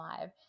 live